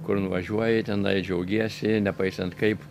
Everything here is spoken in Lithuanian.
kur nuvažiuoji tenai džiaugiesi nepaisant kaip